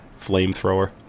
Flamethrower